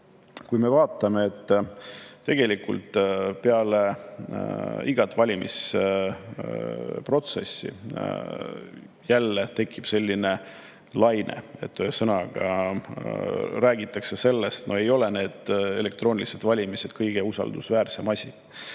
on see, et tegelikult peale igat valimisprotsessi tekib jälle selline laine, kui räägitakse sellest, et ei ole need elektroonilised valimised kõige usaldusväärsem asi.